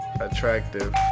attractive